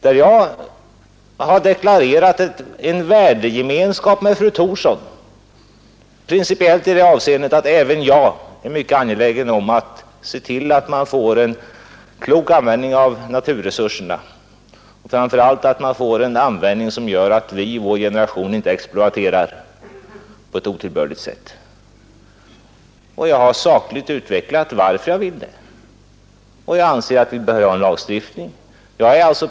Men jag har också deklarerat en principiell värdegemenskap med fru Thorsson i det avseendet att även jag är mycket angelägen om att se till, att man får en klok användning av naturresurserna, framför allt en sådan användning att inte vi i vår generation exploaterar dem på ett otillbörligt sätt. Jag har sakligt utvecklat skälen till detta, och jag anser att vi behöver ha en lagstiftning.